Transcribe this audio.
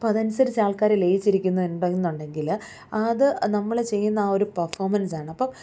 അപ്പ അത് അനുസരിച്ച് ആൾക്കാർ ലയിച്ചിരിക്കുന്നുണ്ട് എന്ന് ഉണ്ടെങ്കിൽ അത് നമ്മൾ ചെയ്യുന്ന ആ ഒരു പെർഫോമൻസാണ് അപ്പം